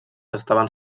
estaven